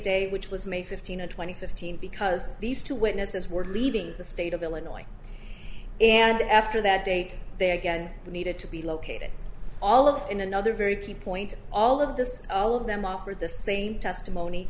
day which was made fifteen or twenty fifteen because these two witnesses were leaving the state of illinois and after that date they again needed to be located all of in another very key point all of this all of them offered the same testimony